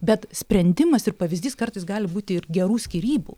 bet sprendimas ir pavyzdys kartais gali būti ir gerų skyrybų